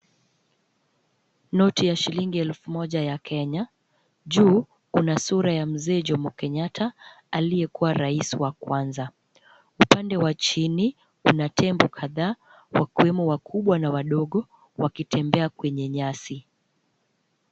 Noti ya shilingi ya elfu moja ya Kenya. Juu kuna sura ya Mzee Jomo Kenyatta aliyekuwa rais wa kwanza. Upande wa chini kuna tembo kadhaa wakiwemo wakubwa na wadogo wakitembea kwenye nyasi.